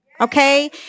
Okay